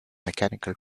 mechanical